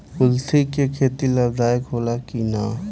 कुलथी के खेती लाभदायक होला कि न?